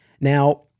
Now